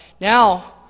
Now